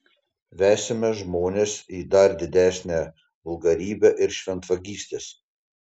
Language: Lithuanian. vesime žmones į dar didesnę vulgarybę ir šventvagystes